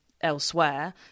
elsewhere